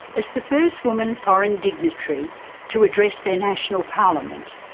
as the first woman foreign dignitary to address their national parliament,